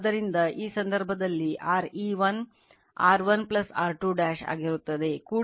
ಆದ್ದರಿಂದ ಈ ಸಂದರ್ಭದಲ್ಲಿ RE1 R1 R2 ಆಗಿರುತ್ತದೆ ಕೂಡಿಸಿದಾಗ 5